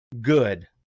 good